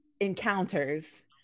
encounters